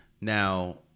Now